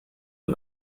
und